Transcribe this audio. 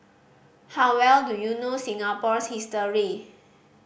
how well do you know Singapore's history